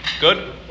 Good